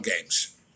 games